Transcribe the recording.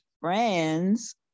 friends